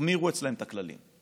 תחמירו אצלם את הכללים.